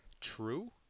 True